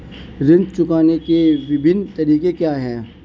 ऋण चुकाने के विभिन्न तरीके क्या हैं?